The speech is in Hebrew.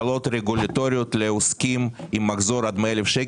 הקלות רגולטוריות לעוסקים עם מחזור עד 100,000 שקל.